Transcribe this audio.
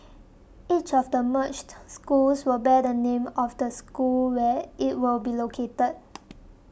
each of the merged schools will bear the name of the school where it will be located